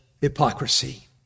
hypocrisy